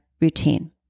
routine